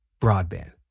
broadband